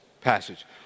passage